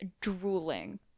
drooling